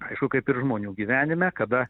aišku kaip ir žmonių gyvenime kada